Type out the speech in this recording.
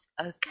okay